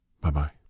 Bye-bye